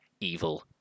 evil